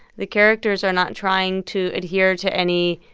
the characters are not trying to adhere to any,